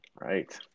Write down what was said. right